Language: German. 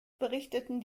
berichteten